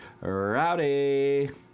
Rowdy